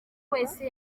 wese